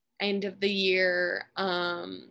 end-of-the-year